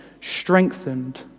strengthened